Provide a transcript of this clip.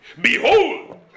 Behold